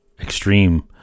extreme